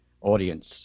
audience